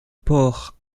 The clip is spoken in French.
port